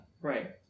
Right